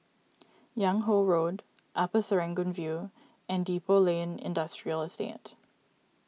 Yung Ho Road Upper Serangoon View and Depot Lane Industrial Estate